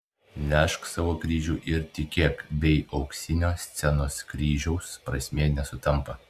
nešk savo kryžių ir tikėk bei auksinio scenos kryžiaus prasmė nesutampa